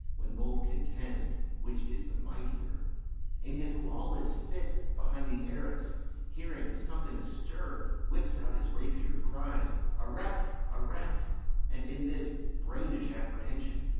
when both contend which is the mightier in his lawless fit behind the arras hearing something stir, whips out his rapier, cries a rat, a rat and in this brainish apprehension,